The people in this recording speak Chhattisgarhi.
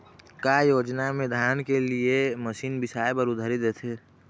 का योजना मे धान के लिए मशीन बिसाए बर उधारी देथे?